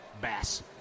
Bass